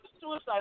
Suicide